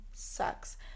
Sucks